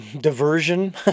diversion